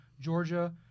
Georgia